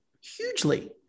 hugely